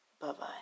Bye-bye